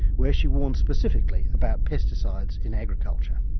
where she warned specifically about pesticides in agriculture.